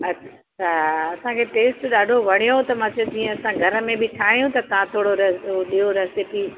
अच्छा असांखे टेस्ट ॾाढो वणियो त मां चयो जीअं असां घर में बि ठाहियूं त तव्हां थोरो रे ॾियो रेसिपी